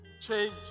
Change